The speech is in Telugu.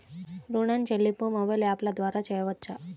ఋణం చెల్లింపు మొబైల్ యాప్ల ద్వార చేయవచ్చా?